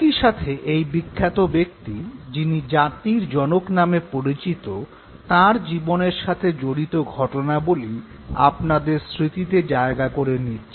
একইসাথে এই বিখ্যাত ব্যক্তি যিনি জাতির জনক নামে পরিচিত তাঁর জীবনের সাথে জড়িত ঘটনাবলী আপনাদের স্মৃতিতে জায়গা করে নিচ্ছে